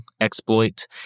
exploit